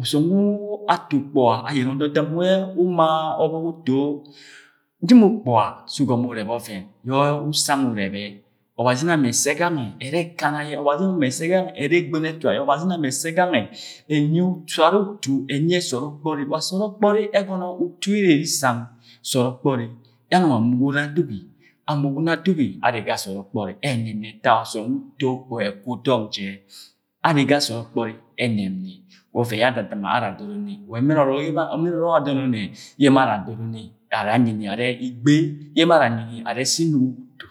Ọsọm wu ayẹnẹ ododɨm wẹ uma ọbọk uto nyi mọ ukpuga sẹ ugọm urẹbẹ ọvẹn yẹ usang urẹbẹ obazib ina mẹ ẹssẹ gangẹ ẹrẹ ẹkana yẹ, ọbazi ina mẹ ẹssẹ gangẹ ere egbino ẹtu ayọ, ọbazi ina mẹ ẹssẹ gange ẹrẹ ẹnyiẹ ọsara utu sọọd ọkpọri, wa sọọd ọkpọri ẹgọnọ utu yẹ Ire iri Isang, sọọd ọkpọri yẹ anung ama uwuno adu gi ama uwuno adugi arre ga sọọd ọkpọri ẹnẹp ni ẹta ọsọm wu uto ukpuga ẹgwu dọng je, arre ga sọọd ọkpọri ẹnẹp ni wa ọvẹn ya adudɨm ara adoro ni, wa ẹmẹn yẹ emo wa ẹmẹn ọrọk adọn ọnnẹ ye emo ara adoro ni, ara anyi ni arẹ igbei yẹ adoro ni, ara anyi ni arẹ Igbei yẹ emo ara anyi ni are si nnugo ga utu,